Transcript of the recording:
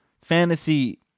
fantasy